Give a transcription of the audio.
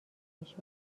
میشد